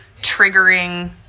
triggering